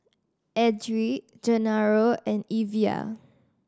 Edrie Genaro and Evia